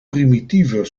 primitieve